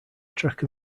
track